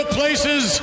places